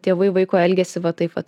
tėvai vaiko elgesį va taip vat